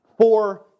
four